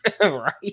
right